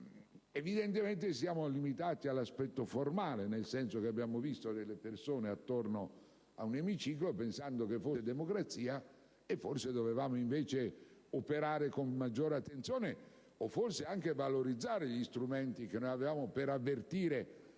evidentemente, ci siamo limitati all'aspetto formale, nel senso che abbiamo visto delle persone attorno a un emiciclo, pensando che fosse democrazia, e forse dovevamo invece operare con maggior attenzione, o forse anche valorizzare gli strumenti che avevamo per avvertire